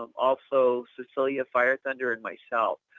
um also cecelia fire thunder and myself.